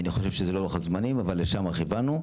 אני חושב שזה לוחות הזמנים אבל לשם כיוונו,